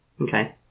Okay